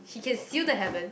he-can-seal-the heaven